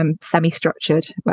semi-structured